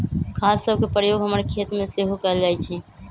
खाद सभके प्रयोग हमर खेतमें सेहो कएल जाइ छइ